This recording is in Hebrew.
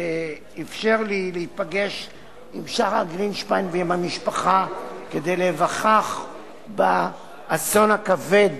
שאפשר לי להיפגש עם שחר גרינשפן ועם המשפחה כדי להיווכח באסון הכבד